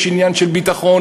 יש עניין של ביטחון,